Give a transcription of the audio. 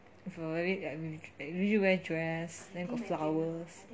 they usually wear dress then got flowers